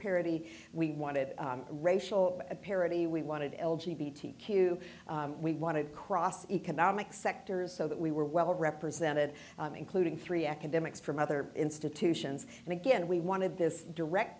parity we wanted racial parity we wanted l g b t q we wanted cross economic sectors so that we were well represented including three academics from other institutions and again we wanted this direct